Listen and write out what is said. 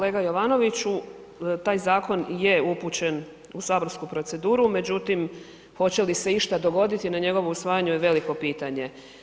Da, kolega Jovanoviću taj zakon je upućen u saborsku proceduru, međutim hoće li se išta dogoditi na njegovo usvajanje je veliko pitanje.